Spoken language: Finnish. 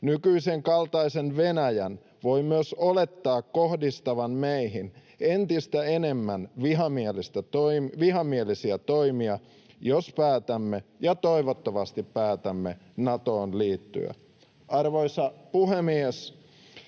Nykyisenkaltaisen Venäjän voi myös olettaa kohdistavan meihin entistä enemmän vihamielisiä toimia, jos päätämme — ja toivottavasti päätämme — Natoon liittyä. Arvoisa puhemies!